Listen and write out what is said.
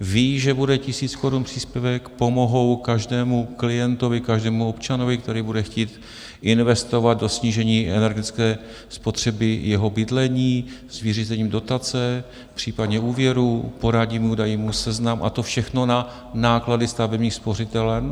Ví, že bude tisíc korun příspěvek, pomohou každému klientovi, každému občanovi, který bude chtít investovat do snížení energetické spotřeby jeho bydlení, s vyřízením dotace, případně úvěru, poradí mu, dají mu seznam, a to všechno na náklady stavebních spořitelen.